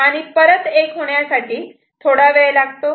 आणि परत 1 होण्यासाठी थोडा वेळ लागतो